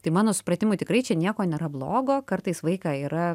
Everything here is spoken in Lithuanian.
tai mano supratimu tikrai čia nieko nėra blogo kartais vaiką yra